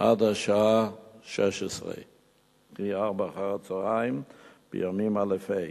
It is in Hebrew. עד השעה 16:00 בימים א' ה'.